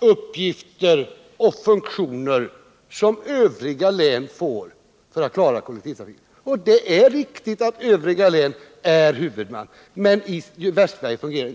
uppgifter och funktioner som övriga län får för att klara kollektivtrafiken. Det är viktigt att övriga län är huvudmän, men det fungerar inte i Västsverige.